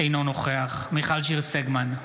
אינו נוכח מיכל שיר סגמן,